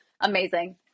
amazing